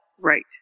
Right